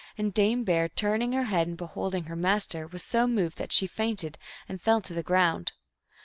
and dame bear, turning her head and beholding her master, was so moved that she fainted and fell to the ground.